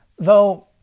though,